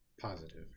positive